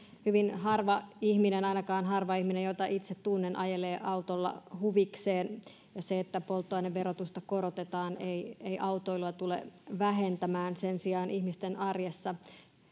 hyvin harva ihminen ainakaan harva niistä jotka itse tunnen ajelee autolla huvikseen se että polttoaineverotusta korotetaan ei ei autoilua tule vähentämään sen sijaan ihmisten arjessa